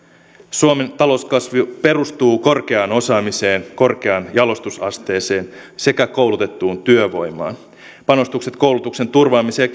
suomen talouskasvu perustuu korkeaan osaamiseen korkeaan jalostusasteeseen sekä koulutettuun työvoimaan panostukset koulutuksen turvaamiseen